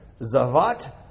Zavat